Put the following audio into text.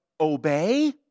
obey